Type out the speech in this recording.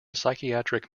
psychiatric